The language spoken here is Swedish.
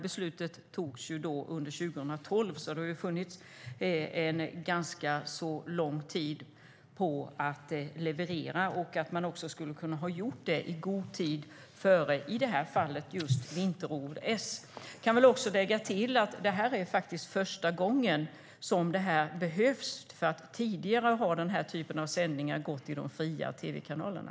Beslutet fattades under 2012, så det har funnits ganska lång tid att leverera på. Man hade kunnat göra det i god tid före - i det här fallet - vinter-OS. Jag kan lägga till att det är första gången som det här behövs. Tidigare har denna typ av sändningar gått till de fria tv-kanalerna.